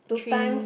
two times